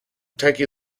turkey